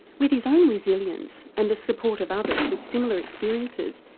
with his own resilience and the support of others with similar experiences,